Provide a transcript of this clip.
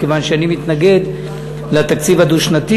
מכיוון שאני מתנגד לתקציב הדו-שנתי